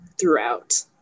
throughout